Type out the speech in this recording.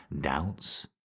doubts